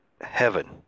heaven